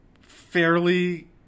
fairly